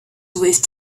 with